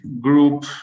group